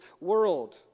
world